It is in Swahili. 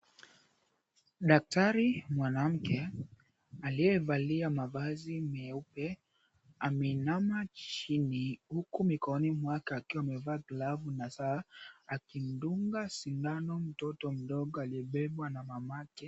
Daktari mwanamke aliyevalia mavazi meupe ameinama chini huku mikononi mwake akiwa amevaa glavu na saa, akimdunga sindano mtoto mdogo aliyebebwa na mamake.